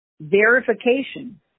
verification